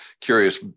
curious